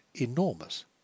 enormous